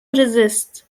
resists